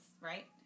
right